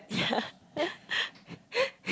yeah